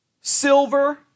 silver